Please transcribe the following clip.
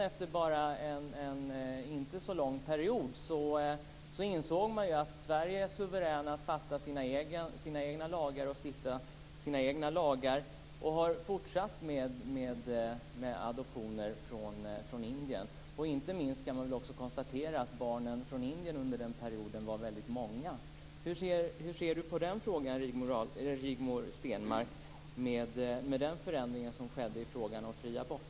Efter en ganska kort period insåg man dock att Sverige var suveränt att stifta sina egna lagar, och man tillät återigen adoptioner av indiska barn. Man kan inte minst konstatera att barnen från Indien under den perioden var väldigt många. Hur ser Rigmor Stenmark på den förändring som skedde i samband med frågan om fri abort?